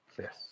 yes